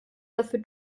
dafür